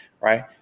right